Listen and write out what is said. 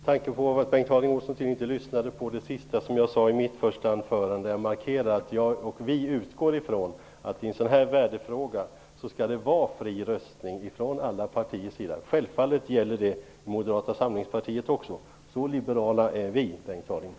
Herr talman! Bengt Harding Olson lyssnade tydligen inte på det sista som jag sade i mitt första anförande, där jag markerade att vi utgår ifrån att det i en sådan här värderingsfråga skall vara fri röstning i alla partier. Självfallet gäller det också Moderata samlingspartiet. Så liberala är vi, Bengt